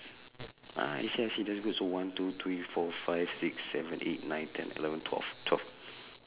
ah I see I see that's good so one two three four five six seven eight nine ten eleven twelve twelve